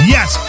Yes